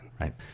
Right